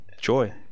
joy